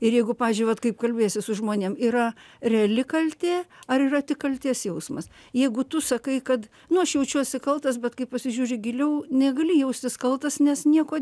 ir jeigu pavyzdžiui vat kaip kalbiesi su žmonėm yra reali kaltė ar yra tik kaltės jausmas jeigu tu sakai kad nu aš jaučiuosi kaltas bet kai pasižiūri giliau negali jaustis kaltas nes niekuo